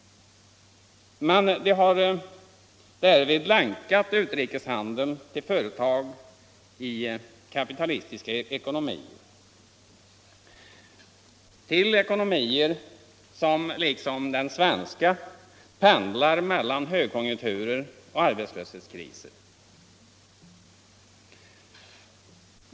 Men de har därvid länkat utrikeshandeln till företag i kapitalistiska ekonomier, till ekonomier som liksom den svenska pendlar mellan högkonjunkturer och arbetslöshetskriser.